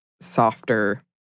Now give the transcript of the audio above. softer